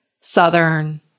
Southern